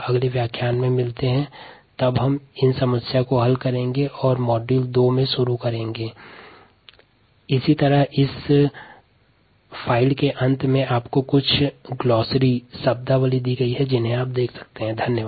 हम अगले व्याख्यान में इस समस्या को हल करेंगे और मॉड्यूल 2 शुरू करेंगे